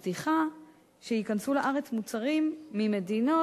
היא מבטיחה שייכנסו לארץ מוצרים ממדינות